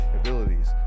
abilities